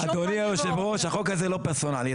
אדוני יושב הראש, החוק הזה לא פרסונלי.